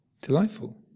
delightful